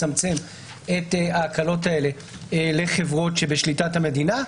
מצמצם את ההקלות האלה לחברות שבשליטת המדינה,